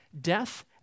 death